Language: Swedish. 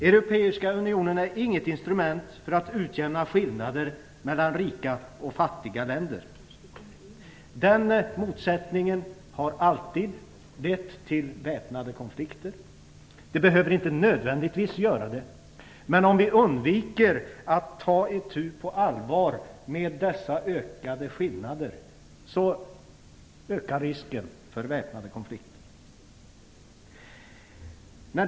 Europeiska unionen är inget instrument för att utjämna skillnader mellan rika och fattiga länder. Den motsättningen har alltid lett till väpnade konflikter. Den behöver inte nödvändigtvis göra det, men om vi underlåter att på allvar ta itu med de ökade skillnaderna, så ökar risken för väpnade konflikter.